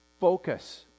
focus